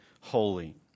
holy